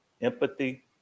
Empathy